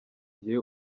gihe